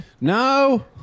No